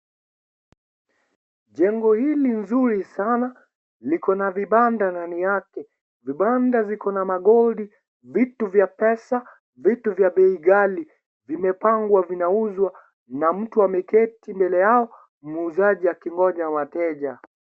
Jengo hili nzuri sana liko na vibanda ndani yake ,vibanda viko na magoldi, vitu vya pesa, vitu vya bei ghali vimepangwa vinauzwa na mtu ameketi mbele yao muuzaji akingoja wateja.